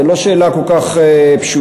זו לא שאלה כל כך פשוטה.